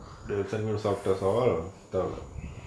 they will send me தேவல:thevala